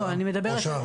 אני מדברת על